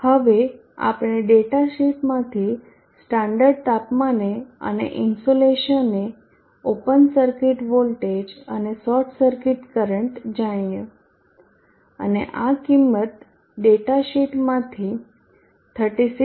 હવે આપણે data sheet માંથી સ્ટાન્ડર્ડ તાપમાને અને ઇન્સોલેશને ઓપન સર્કિટ વોલ્ટેજ અને શોર્ટ સર્કિટ કરંટ જાણીએ અને આ કિંમત ડેટા શીટમાંથી 36